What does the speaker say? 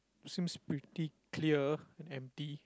seems pretty clear empty